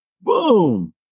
Boom